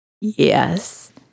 Yes